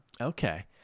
okay